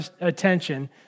attention